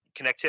connectivity